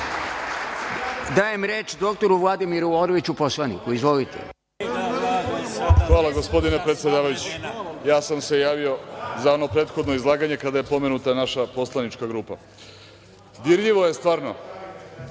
poslaniku dr Vladimiru Orliću. **Vladimir Orlić** Hvala, gospodine predsedavajući. Ja sam se javio za ono prethodno izlaganje kada je pomenuta naša poslanička grupa. Dirljivo je, stvarno,